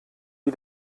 wie